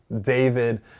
David